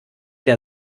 der